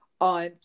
on